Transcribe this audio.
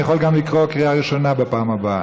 אני יכול לקרוא גם קריאה ראשונה בפעם הבאה.